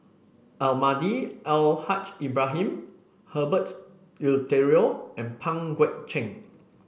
Almahdi Al Haj Ibrahim Herbert Eleuterio and Pang Guek Cheng